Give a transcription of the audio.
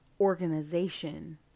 organization